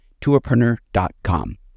tourpreneur.com